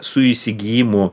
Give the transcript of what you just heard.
su įsigijimu